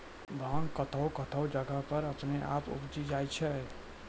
भांग कतौह कतौह जगह पर अपने आप उपजी जाय छै